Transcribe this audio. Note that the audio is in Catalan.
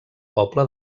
poble